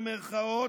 במירכאות,